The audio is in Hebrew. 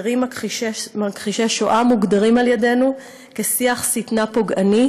אתרים מכחישי שואה מוגדרים על-ידינו כשיח שטנה פוגעני,